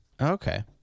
Okay